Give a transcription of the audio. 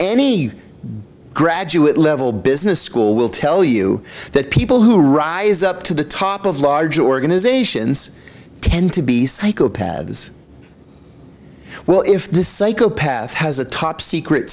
any graduate level business school will tell you that people who rise up to the top of large organizations tend to be psychopaths as well if this psychopath has a top secret